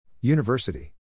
University